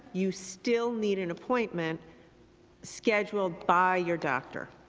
you still need an appointment scheduled by your doctor.